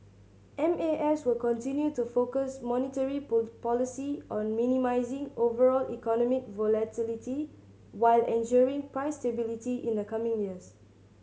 M A S will continue to focus monetary policy on minimising overall economic volatility while ensuring price stability in the coming years